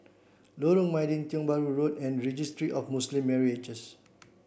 Lorong Mydin Tiong Bahru Road and Registry of Muslim Marriages